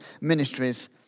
ministries